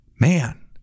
Man